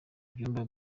byumba